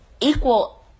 equal